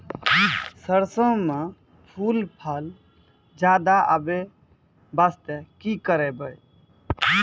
सरसों म फूल फल ज्यादा आबै बास्ते कि करबै?